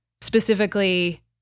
specifically